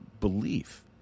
belief